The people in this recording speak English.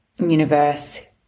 Universe